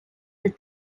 the